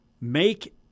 make